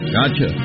Gotcha